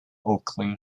oakley